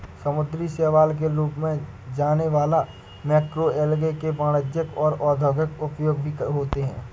समुद्री शैवाल के रूप में जाने वाला मैक्रोएल्गे के वाणिज्यिक और औद्योगिक उपयोग भी होते हैं